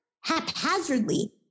haphazardly